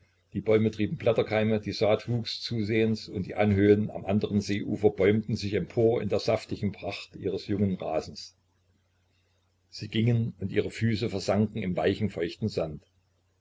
die bäume trieben blätterkeime die saat wuchs zusehends und die anhöhen am anderen seeufer bäumten sich empor in der saftigen pracht ihres jungen rasens sie gingen und ihre füße versanken im weichen feuchten sand